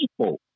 people